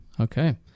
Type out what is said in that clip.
Okay